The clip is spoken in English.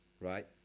right